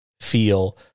feel